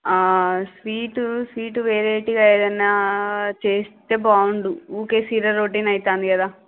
ఆ sweet sweet వెరైటీగా ఏదన్నా చేస్తే బాగుండు ఊరికే సీరా రొటీనే అయితుంది కదా